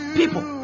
people